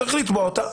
צריך לתבוע אותה,